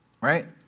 right